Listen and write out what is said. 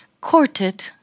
courted